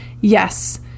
yes